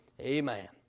Amen